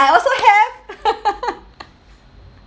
I also have